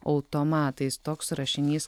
automatais toks rašinys